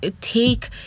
take